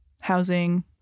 housing